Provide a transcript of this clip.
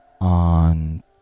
on